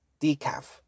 Decaf